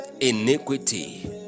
iniquity